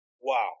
Wow